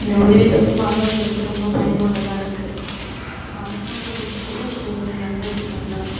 இந்த உதவித்தொகை மாணவர்களுக்கு ரொம்ப பயனுள்ளதாக இருக்குது அரசாங்கத் திட்டத்தில் இது ஒரு நல்லத் திட்டம் தான்